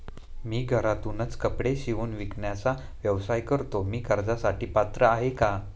मी घरातूनच कपडे शिवून विकण्याचा व्यवसाय करते, मी कर्जासाठी पात्र आहे का?